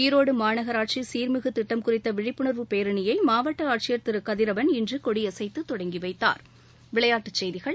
ஈரோடு மாநகராட்சி சீர்மிகு திட்டம் குறித்த விழிப்புணர்வு பேரணியை மாவட்ட ஆட்சியர் திரு கதிரவன் இன்று கொடியசைத்து தொடங்கி வைத்தாா்